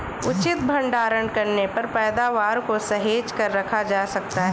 उचित भंडारण करने पर पैदावार को सहेज कर रखा जा सकता है